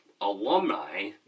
alumni